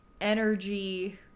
energy